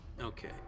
Okay